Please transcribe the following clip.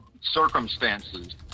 circumstances